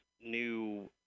new